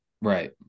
right